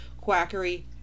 quackery